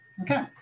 Okay